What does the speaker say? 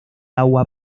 agua